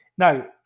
Now